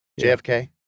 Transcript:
JFK